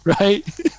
right